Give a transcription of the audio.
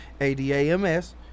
A-D-A-M-S